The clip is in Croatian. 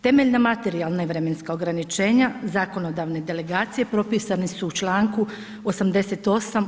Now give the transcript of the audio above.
Temeljna materijalna i vremenska ograničenja zakonodavne delegacije propisane su u čl. 88.